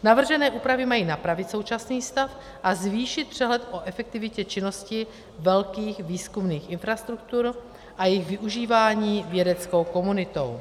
Navržené úpravy mají napravit současný stav a zvýšit přehled o efektivitě činnosti velkých výzkumných infrastruktur a jejich využívání vědeckou komunitou.